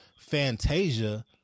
Fantasia